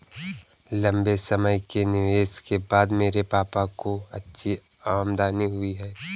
लंबे समय के निवेश के बाद मेरे पापा को अच्छी आमदनी हुई है